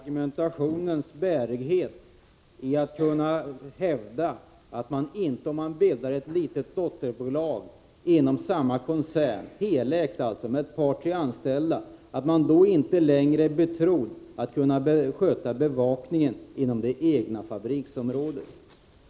Herr talman! Jag har mycket svårt att se argumentationens bärighet när det hävdas att man, om man bildar ett litet helägt dotterbolag med ett par tre anställda inom samma koncern, inte längre är betrodd att kunna sköta bevakningen inom det egna fabriksområdet.